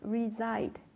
reside